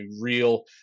real